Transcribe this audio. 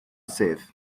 sedd